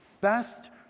best